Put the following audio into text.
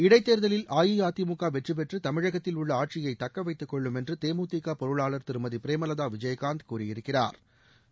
இடைத்தேர்தலில் அஇஅதிமுக வெற்றிபெற்று தமிழகத்தில் உள்ள ஆட்சியை தக்கவைத்துக் கொள்ளும் என்று தேமுதிக பொருளாளா் திருமதி பிரேமலதா விஜயகாந்த் கூறியிருக்கிறாா்